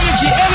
energy